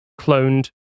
cloned